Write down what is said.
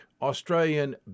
Australian